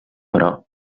però